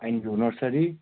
pine view nursery